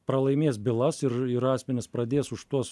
pralaimės bylas ir ir asmenys pradės už tuos